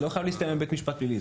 זה לא חייב להסתיים בבית משפט פלילי.